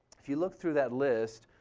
if you look through that list,